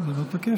זה לא תקף?